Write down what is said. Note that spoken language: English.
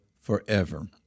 forever